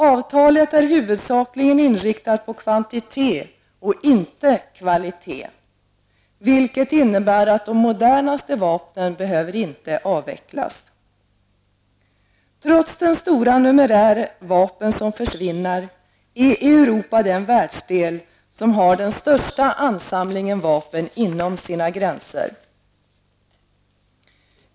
Avtalet är huvudsakligen inriktat på kvantitet och inte kvalitet, vilket innebär att de modernaste vapnen inte behöver avvecklas. Trots den stora numerär vapen som försvinner är Europa den världsdel som har den största ansamlingen vapen inom sina gränser.